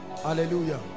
hallelujah